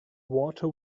water